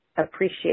appreciate